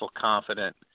confident